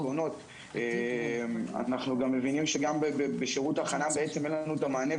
אנחנו מבינים שגם בשרות הכנה בעצם אין לנו את המענה,